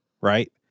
right